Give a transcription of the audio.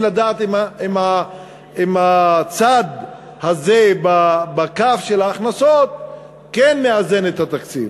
לדעת אם הצד הזה בכף של ההכנסות שאמור לאזן את התקציב?